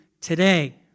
today